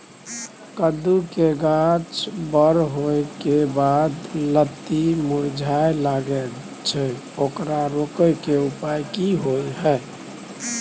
कद्दू के गाछ बर होय के बाद लत्ती मुरझाय लागे छै ओकरा रोके के उपाय कि होय है?